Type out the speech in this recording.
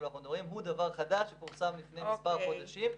--- הוא דבר חדש שפורסם לפני מספר חודשים.